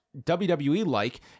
WWE-like